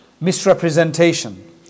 misrepresentation